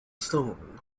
stone